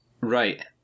Right